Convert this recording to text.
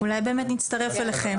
אולי באמת נצטרף אליכם.